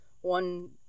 one